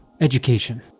education